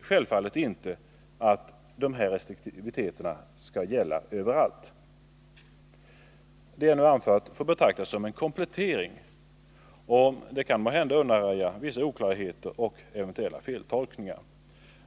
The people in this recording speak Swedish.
självfallet inte att restriktioner skall gälla överallt. Det jag nu anfört får betraktas som en komplettering till betänkandet som måhända kan undanröja vissa oklarheter och eventuella feltolkningar.